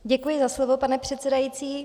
Děkuji za slovo, pane předsedající.